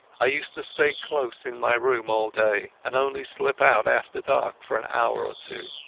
i used to stay close in my room all day, and only slip out after dark for an hour or two.